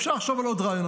אפשר לחשוב על עוד רעיונות,